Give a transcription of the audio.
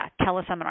teleseminar